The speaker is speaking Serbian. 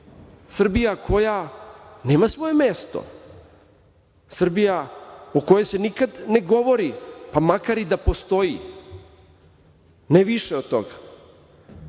Srbija koja nema svoje mesto, Srbija o kojoj se nikada ne govori pa makar i da postoji. Ne više od toga. Mi